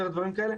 יותר דברים כאלה.